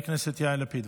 חבר הכנסת יאיר לפיד,